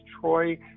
Troy